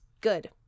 Good